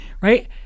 right